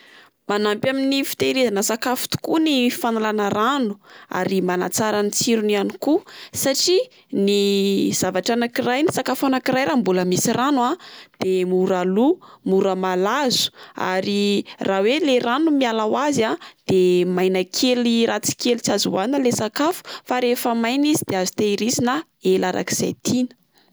Manampy amin'ny fitehirizana sakafo tokoa ny fanalana rano ary manatsara ny tsirony ihany koa, satria ny zavatra anak'iray ny sakafo anak'iray raha mbola misy rano a de mora loa mora malazo, ary raha oe ilay rano no miala ho azy a de maina kely ratsy kely tsy azo oanina ilay sakafo, fa raha maina izy de azo tehirizina ela arak'izay tiana.